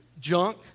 junk